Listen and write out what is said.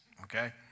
okay